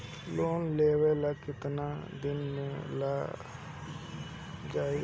Loan लेबे ला कितना दिन लाग जाई?